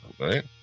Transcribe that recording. right